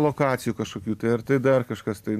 lokacijų kažkokių tai ar tai dar kažkas tai